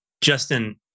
Justin